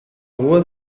rua